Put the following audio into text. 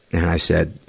and i said,